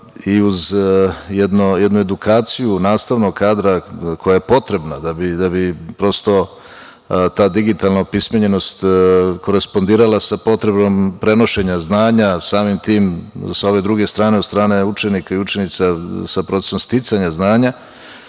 i uz jednu edukaciju nastavnog kadra, koja je potrebna da bi prosto ta digitalna opismenjenost korespondirala sa potrebom prenošenja znanja, samim tim sa ove druge strane, od strane učenika i učenica, sa procesom sticanja znanja,